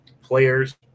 players